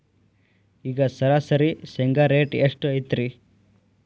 ಈಗ ಸರಾಸರಿ ಶೇಂಗಾ ರೇಟ್ ಎಷ್ಟು ಐತ್ರಿ?